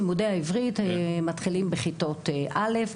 לימודי העברית מתחילים בכיתות א',